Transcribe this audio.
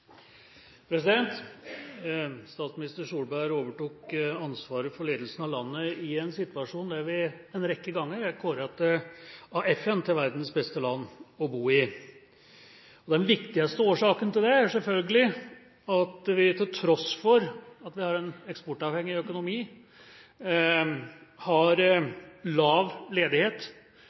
Statsminister Solberg overtok ansvaret for ledelsen av landet i en situasjon der FN en rekke ganger har kåret Norge til verdens beste land å bo i. Den viktigste årsaken til det er selvfølgelig at vi, til tross for at vi har en eksportavhengig økonomi, har lav ledighet